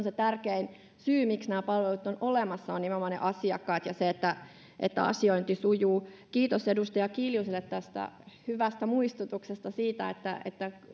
se tärkein syy miksi nämä palvelut ovat olemassa on nimenomaan asiakkaat ja se että että asiointi sujuu kiitos edustaja kiljuselle hyvästä muistutuksesta siitä että että